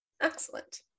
Excellent